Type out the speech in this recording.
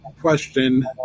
question